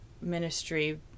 ministry